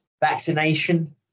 vaccination